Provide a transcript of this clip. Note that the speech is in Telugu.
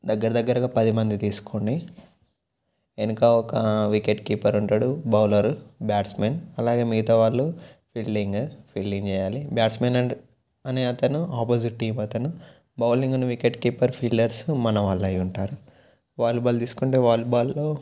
దగ్గర దగ్గరగా పదిమంది తీసుకోండి వెనక ఒక వికెట్ కీపర్ ఉంటాడు బౌలర్ బ్యాట్స్మన్ అలాగే మిగతా వాళ్ళు ఫీల్డింగ్ ఫీల్డింగ్ చెయ్యాలి బ్యాట్స్మెన్ అండ్ అనే అతను ఆపోజిట్ టీమ్ అతను bowling and wicket keeper fielders మన వాళ్ళు అయ్యి ఉంటారు వాలీబాల్ తీసుకుంటే వాలీబాల్లో